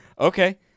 Okay